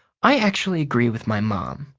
i actually agree with my mom,